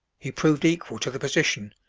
he proved equal to the position,